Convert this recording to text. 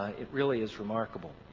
ah it really is remarkable.